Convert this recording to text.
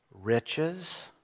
riches